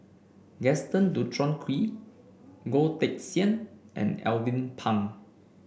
Gaston Dutronquoy Goh Teck Sian and Alvin Pang